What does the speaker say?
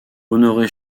honoré